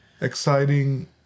exciting